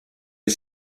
est